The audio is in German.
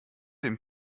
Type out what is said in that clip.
dem